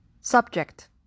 Subject